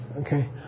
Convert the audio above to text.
okay